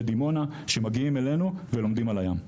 בדימונה שמגיעים אלינו ולומדים על הים.